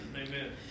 Amen